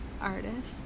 artist